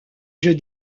jeux